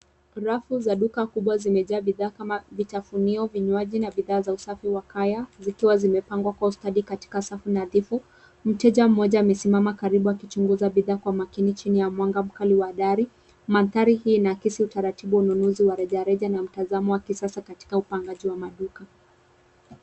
Rafu za duka kubwa zimejaa bidhaa kama vitafunio, vinywaji, na bidhaa za usafi wa kanya, zikiwa zimepangwa kwa ustadi katika safu nadhifu. Mteja mmoja amesimama karibu akichunguza bidhaa kwa umakini chini ya mwanga mkali wa dari. Mandhari hii inaakisi utaratibu, ununuzi wa rejareja na mtazamo wa kisasa katika upangaji wa maduka.